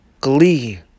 glee